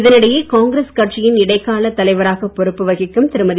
இதனிடையே காங்கிரஸ் கட்சியின் இடைக்கால தலைவராக பொறுப்பு வகிக்கும்திருமதி